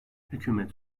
hükümet